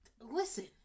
Listen